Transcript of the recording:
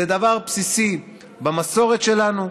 זה דבר בסיסי במסורת שלנו,